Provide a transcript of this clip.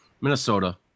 Minnesota